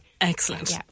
Excellent